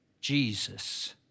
Jesus